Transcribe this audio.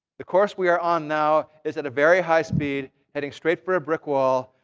the course we are on now is at a very high speed heading straight for a brick wall.